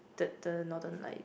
the the northern light